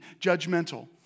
judgmental